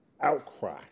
outcry